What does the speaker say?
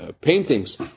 paintings